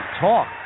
talk